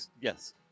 Yes